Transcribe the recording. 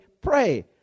pray